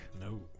No